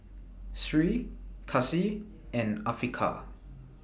Sri Kasih and Afiqah